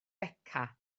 beca